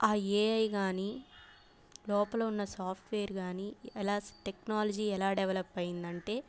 ఆ ఏఐ కానీ లోపల ఉన్న సాఫ్ట్వేర్ కానీ ఎలా టెక్నాలజీ ఎలా డెవలప్ అయిందంటే